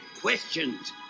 questions